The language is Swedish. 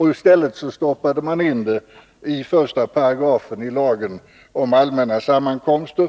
I stället stoppade man in dessa i 1 §i lagen om allmänna sammankomster